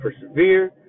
persevere